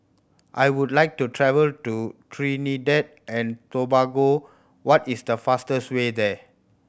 I would like to travel to Trinidad and Tobago what is the fastest way there